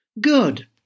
Good